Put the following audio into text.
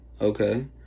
okay